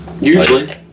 Usually